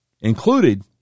included